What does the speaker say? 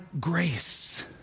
grace